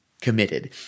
committed